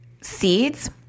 seeds